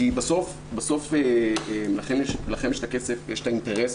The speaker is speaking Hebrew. כי בסוף לכם יש את הכסף ויש את האינטרס.